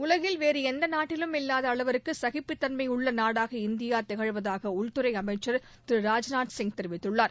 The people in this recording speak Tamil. உலகில் வேறு எந்த நாட்டிலும் இல்லாத அளவுக்கு சகிப்புத்தன்மை உள்ள நாடாக இந்தியா திகழ்வதாக உள்துறை அமைச்சர் திரு ராஜ்நாத் சிங் தெரிவித்துள்ளார்